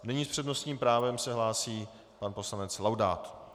Nyní s přednostním právem se hlásí pan poslanec Laudát.